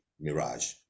mirage